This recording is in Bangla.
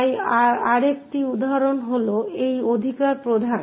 তাই আরেকটি উদাহরণ হল এই অধিকার প্রদান